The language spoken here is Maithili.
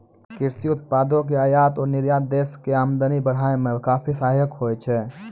कृषि उत्पादों के आयात और निर्यात देश के आमदनी बढ़ाय मॅ काफी सहायक होय छै